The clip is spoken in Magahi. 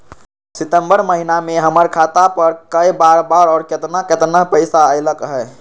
सितम्बर महीना में हमर खाता पर कय बार बार और केतना केतना पैसा अयलक ह?